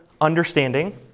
understanding